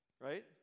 right